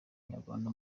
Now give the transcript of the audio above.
nyarwanda